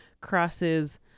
crosses